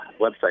website